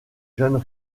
jeunes